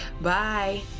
bye